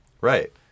Right